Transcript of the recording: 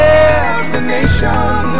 Destination